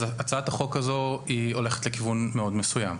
אז הצעת החוק הזו היא הולכת לכיוון מאוד מסוים,